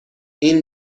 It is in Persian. این